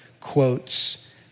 quotes